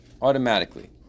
Automatically